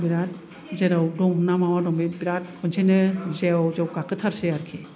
बिरात जेराव दं ना मावा दं बे बिरात खनसेयैनो जेव जेव गाखोथारसै आरोखि